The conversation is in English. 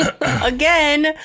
Again